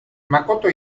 makoto